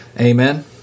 Amen